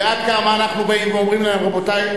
ועד כמה אנחנו באים ואומרים להם: רבותי,